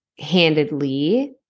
handedly